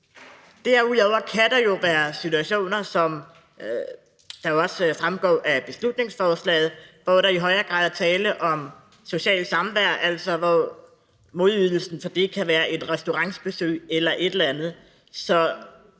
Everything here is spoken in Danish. Derudover kan der jo være situationer, som det også fremgår af beslutningsforslaget, hvor der i højere grad er tale om socialt samvær, altså hvor modydelsen for det kan være et restaurantbesøg eller et eller andet.